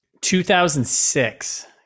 2006